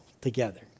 together